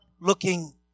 looking